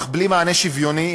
אך בלי מענה שוויוני,